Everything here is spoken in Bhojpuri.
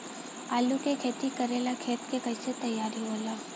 आलू के खेती करेला खेत के कैसे तैयारी होला?